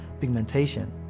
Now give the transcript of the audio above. pigmentation